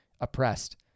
oppressed